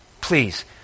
Please